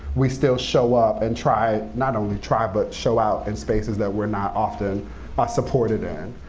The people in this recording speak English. we still show up and try not only try, but show out in spaces that we're not often ah supported in.